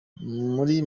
muri